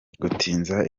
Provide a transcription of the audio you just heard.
gutinza